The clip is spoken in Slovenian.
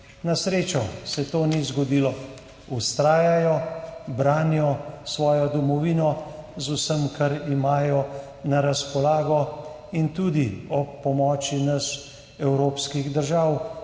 Na srečo se to ni zgodilo. Vztrajajo, branijo svojo domovino z vsem, kar imajo na razpolago, in tudi ob pomoči nas evropskih držav,